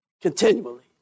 continually